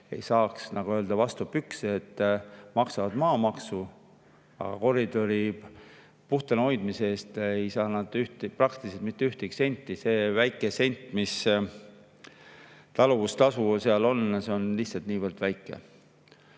ei saaks nii-öelda vastu pükse, kui nad maksavad maamaksu, aga koridori puhtana hoidmise eest ei saa nad praktiliselt mitte ühtegi senti. See väike sent, mis taluvustasuna makstakse, on lihtsalt niivõrd vähe.